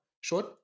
short